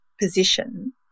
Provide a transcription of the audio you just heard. position